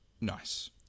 nice